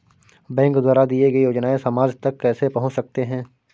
Bank द्वारा दिए गए योजनाएँ समाज तक कैसे पहुँच सकते हैं?